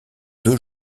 deux